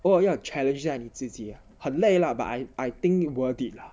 偶尔要 challenge 一下你自己很累 lah but I I think worth it lah